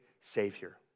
Savior